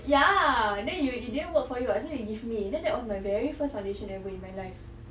ya then you it didn't work for you [what] so you give me then that was my very first foundation ever in my life